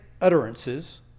utterances